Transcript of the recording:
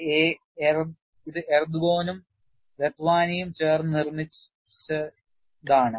ഇത് എർദോഗനും രത്വാനിയും ചേർന്നാണ് നിർമ്മിച്ചത്